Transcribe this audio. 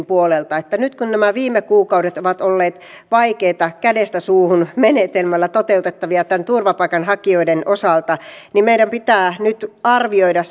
puolelta nyt kun nämä viime kuukaudet ovat olleet vaikeita kädestä suuhun menetelmällä toteutettavia näiden turvapaikanhakijoiden osalta niin meidän pitää nyt arvioida